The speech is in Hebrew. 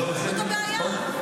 זאת הבעיה.